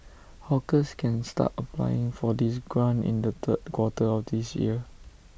hawkers can start applying for this grant in the third quarter of this year